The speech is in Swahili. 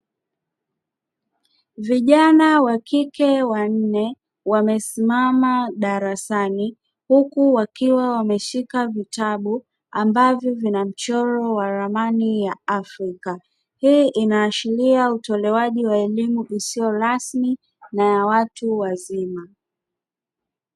Vijana wakike wanne wamesimama darasani huku wakiwa wameshika vitabu ambavyo vina mchoro wa ramani ya Afrika. Hii inaashiria utolewaji wa elimu isiyo rasmi na ya watu wazima.